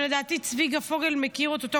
שלדעתי צביקה פוגל מכיר אותו טוב,